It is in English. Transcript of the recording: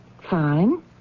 Fine